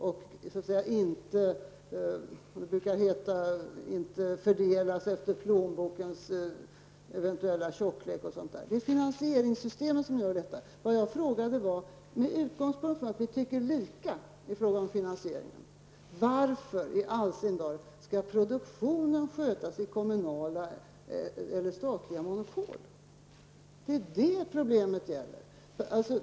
Det är finansieringssystemet som garanterar att det inte blir en fördelning efter, som det brukar heta, plånbokens tjocklek t.ex. Med utgångspunkt i det faktum att vi tycker lika i fråga om finansieringen frågade jag: Varför i all sin dar skall produktionen skötas genom kommunala eller statliga monopol? Det är det som är problemet.